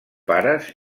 pares